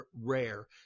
rare